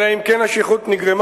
אלא אם כן השכרות נגרמה,